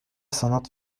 sanat